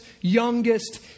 youngest